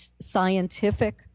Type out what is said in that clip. scientific